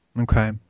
Okay